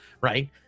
Right